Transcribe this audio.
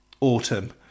autumn